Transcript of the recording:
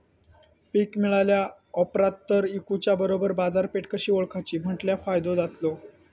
पीक मिळाल्या ऑप्रात ता इकुच्या बरोबर बाजारपेठ कशी ओळखाची म्हटल्या फायदो जातलो?